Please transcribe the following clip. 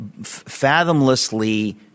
fathomlessly